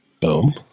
boom